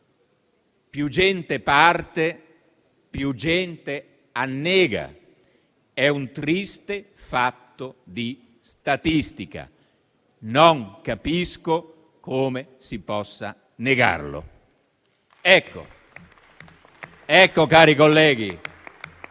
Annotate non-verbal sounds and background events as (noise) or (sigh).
Più gente parte e più gente annega: è un triste fatto di statistica e non capisco come si possa negarlo. (applause) Colleghi,